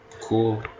Cool